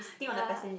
still on a passenger